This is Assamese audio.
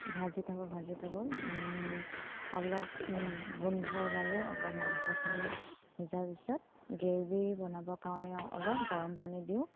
ভাজি থাকো ভাজি থাকো অলপ গোন্ধ উলালে অলপ মাংসখিনি সিজা পিছত গ্ৰেভি বনাবৰ কাৰণে অলপ গৰম পানী দিওঁ